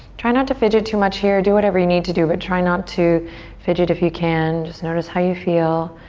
try not to fidget too much here. do whatever you need to do but try not to fidget if you can. just notice how you feel.